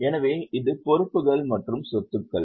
எனவே இது பொறுப்புகள் மற்றும் சொத்துக்கள்